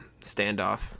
standoff